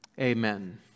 amen